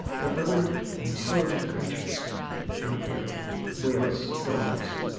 there are other intelligent creatures out there whales, dolphins,